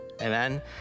amen